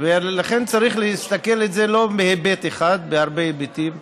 ולכן צריך להסתכל על זה לא בהיבט אחד אלא בהרבה היבטים,